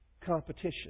competition